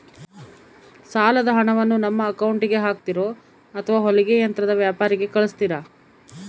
ಸಾಲದ ಹಣವನ್ನು ನಮ್ಮ ಅಕೌಂಟಿಗೆ ಹಾಕ್ತಿರೋ ಅಥವಾ ಹೊಲಿಗೆ ಯಂತ್ರದ ವ್ಯಾಪಾರಿಗೆ ಕಳಿಸ್ತಿರಾ?